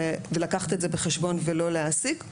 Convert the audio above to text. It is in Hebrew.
ולקחת את זה בחשבון ולא להעסיק.